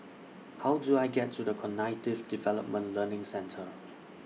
How Do I get to The Cognitive Development Learning Centre